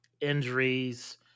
injuries